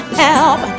help